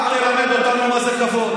אנחנו נכבד אותו כשאתם תכבדו את,